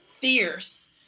fierce